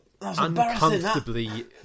uncomfortably